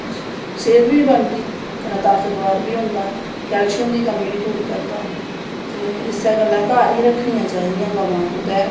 सेह्त बी बनदी कन्नैं ताकतबर बी होंदा कैलशियम दी कमी बी दूर करदा तोे इस्सै गल्ला घर गै रक्खनियां चाही दियां गवां जिंदै